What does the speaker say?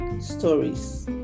stories